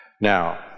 Now